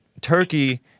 Turkey